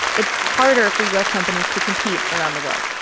it's harder for u s. companies to compete around the world